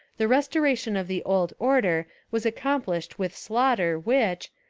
the restora tion of the old order was accomplished with slaughter which,